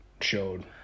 showed